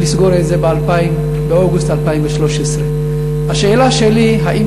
לסגור את זה באוגוסט 2013. השאלה שלי: האם